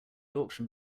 auction